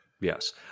Yes